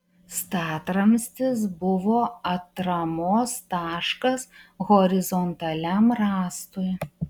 statramstis buvo atramos taškas horizontaliam rąstui